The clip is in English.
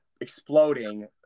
exploding